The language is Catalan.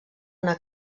una